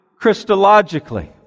Christologically